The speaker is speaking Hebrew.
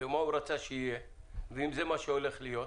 מה הוא רצה שיהיה ואם זה מה שהולך להיות.